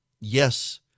yes